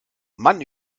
mann